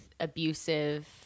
Abusive